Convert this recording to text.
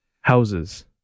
houses